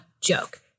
joke